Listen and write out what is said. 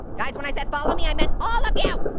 guys, when i said follow me, i meant all of yeah